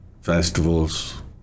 festivals